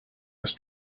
his